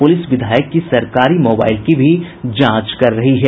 प्रलिस विधायक की सरकारी मोबाईल की भी जांच कर रही है